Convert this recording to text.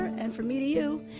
and from me to you.